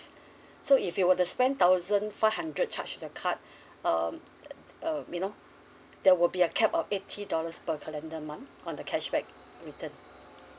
so if you were to spend a thousand five hundred charged to the card um uh you know there will be a cap of eighty dollars per calendar month on the cashback return